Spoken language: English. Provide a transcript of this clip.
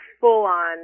full-on